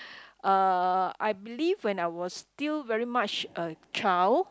uh I believe when I was still very much a child